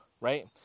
right